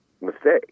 mistake